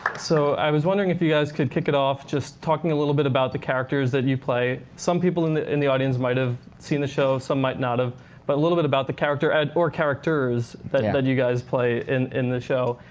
so i was wondering if you guys could kick it off just talking a little bit about the characters that you play. some people in the in the audience might have seen the show, some might not have. but a little bit about the character or characters that you guys play in in the show.